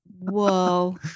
Whoa